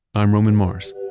i'm roman mars